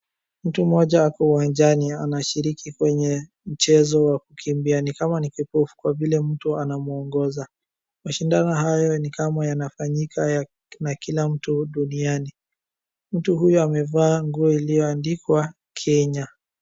Mtu mmoja akiwa uwanjani anashiriki kwenye mchezo wa kukimbia, ni kama ni kipofu kwa vile mtu anamwongoza. Mashindano hayo ni kama yanafanyika na kila mtu duniani. Mtu huyu amevaa nguo iliyoandikwa Kenya.